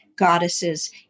goddesses